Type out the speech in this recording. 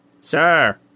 Sir